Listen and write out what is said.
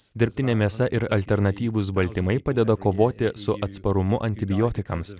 dirbtinė mėsa ir alternatyvūs baltymai padeda kovoti su atsparumu antibiotikams